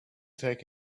take